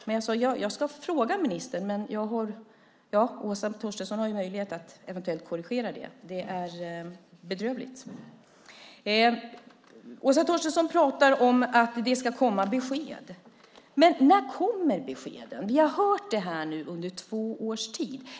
Jag sade att jag skulle fråga ministern, och Åsa Torstensson har ju möjlighet att eventuellt korrigera det. Det är bedrövligt. Åsa Torstensson pratar om att det ska komma besked. Men när kommer beskeden? Vi har hört det här under två års tid.